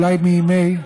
אולי מימי,